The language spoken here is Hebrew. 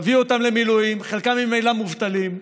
תביאו אותם למילואים, חלקם ממילא מובטלים.